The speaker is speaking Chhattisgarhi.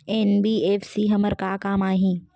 एन.बी.एफ.सी हमर का काम आही?